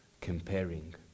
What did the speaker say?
Comparing